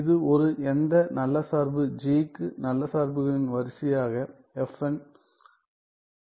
இது ஒரு எந்த நல்ல சார்பு g க்கு நல்ல சார்புகளின் வரிசையாக fn st